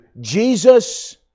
Jesus